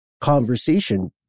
conversation